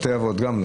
בתי אבות גם לא.